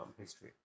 history